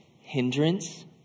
hindrance